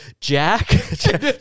Jack